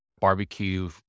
barbecue